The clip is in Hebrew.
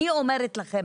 אני אומרת לכם,